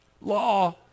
law